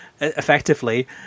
Effectively